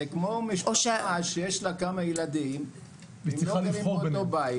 זה כמו משפחה שיש לה כמה ילדים והם לא גרים באותו בית,